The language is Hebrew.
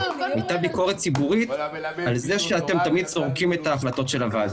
הייתה ביקורת ציבורית על זה שאתם תמיד זורקים את ההחלטות של הוועדה.